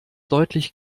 deutlich